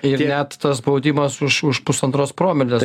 ir net tas spaudimas už už pusantros promilės